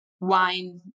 wine